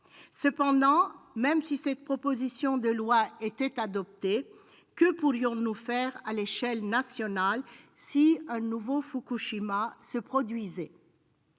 Néanmoins, même si cette proposition de loi était adoptée, que pourrions-nous faire à l'échelle nationale si un nouveau Fukushima se produisait ?